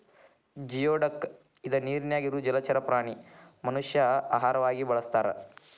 geoduck ಇದ ನೇರಿನ್ಯಾಗ ಇರು ಜಲಚರ ಪ್ರಾಣಿ ಮನಷ್ಯಾ ಆಹಾರವಾಗಿ ಬಳಸತಾರ